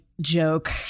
joke